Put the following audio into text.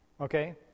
Okay